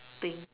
thing